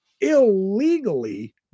illegally